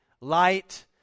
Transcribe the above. light